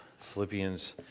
Philippians